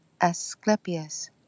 Asclepius